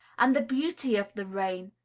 and the beauty of the rain,